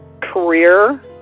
career